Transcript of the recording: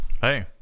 Hey